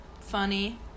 Funny